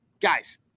guys